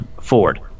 Ford